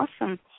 Awesome